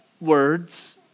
words